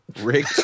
Rick